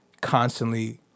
constantly